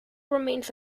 remains